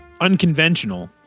unconventional